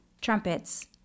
trumpets